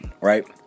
right